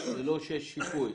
ללא שיש שיפוי.